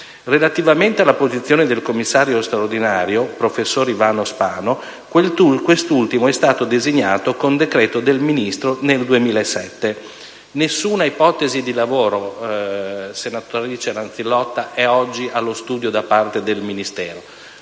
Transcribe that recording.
Relativamente alla posizione del commissario straordinario, professor Ivano Spano, quest'ultimo è stato designato con decreto del Ministro nel 2007. Nessuna ipotesi di lavoro, senatrice Lanzillotta, è oggi allo studio da parte del Ministero.